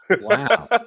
Wow